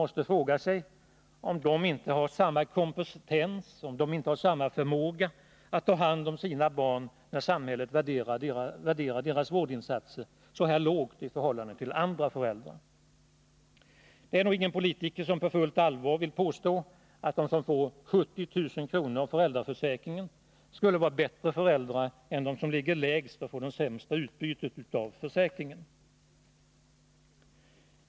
måste fråga sig om de inte har samma kompetens, om de inte har samma förmåga att ta hand om sina barn, när samhället värderar deras vårdinsatser så här lågt i förhållande till andra föräldrars. Det finns nog ingen politiker som på fullt allvar vill påstå att de föräldrar som får 70 000 kr. av föräldraförsäkringen skulle vara bättre föräldrar än de som ligger lägst på ersättningsskalan och som får det sämsta utbytet av föräldraförsäkringen.